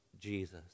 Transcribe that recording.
Jesus